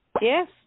yes